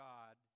God